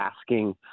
asking